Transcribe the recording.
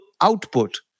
output